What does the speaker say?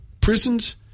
prisons